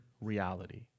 reality